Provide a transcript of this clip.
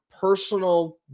personal